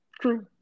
True